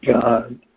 God